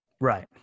Right